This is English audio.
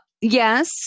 Yes